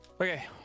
Okay